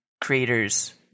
creators